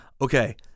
okay